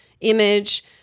image